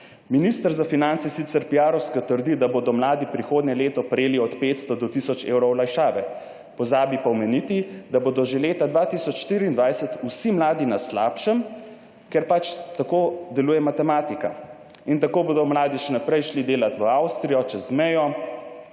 Minister za finance sicer piarovsko trdi, da bodo mladi prihodnje leto prejeli od 500 do tisoč evrov olajšave, pozabi pa omeniti, da bodo že leta 2024 vsi mladi na slabšem, ker pač tako deluje matematika in tako bodo mladi še naprej šli delati v Avstrijo, čez mejo,